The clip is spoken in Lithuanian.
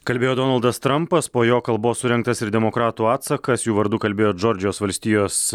kalbėjo donaldas trampas po jo kalbos surengtas ir demokratų atsakas jų vardu kalbėjo džordžijos valstijos